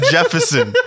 Jefferson